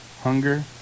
hunger